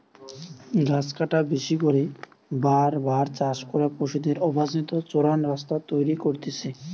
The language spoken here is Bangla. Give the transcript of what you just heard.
গাছ কাটা, বেশি করে বার বার চাষ করা, পশুদের অবাঞ্চিত চরান রাস্তা তৈরী করতিছে